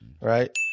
right